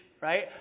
right